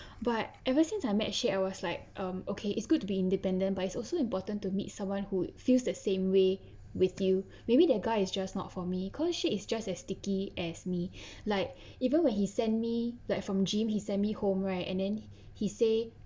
but ever since I met shed I was like um okay it's good to be independent but it's also important to meet someone who feels the same way with you maybe that guy is just not for me because shed is just as sticky as me like even when he sent me like from gym he send me home right and then he say